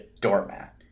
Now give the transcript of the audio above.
doormat